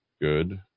good